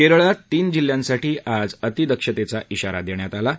केरळात तीन जिल्ह्यांसाठी आज अतिदक्षतेचा शिरा देण्यात आला आहे